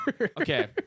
okay